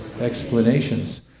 explanations